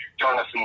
Jonathan